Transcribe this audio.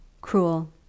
cruel